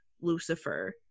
Lucifer